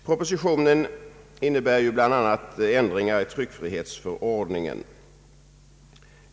Propositionen innebär bl.a. ändringar i tryckfrihetsförordningen.